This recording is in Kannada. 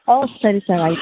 ಓಹ್ ಸರಿ ಸರ್ ಆಯಿತು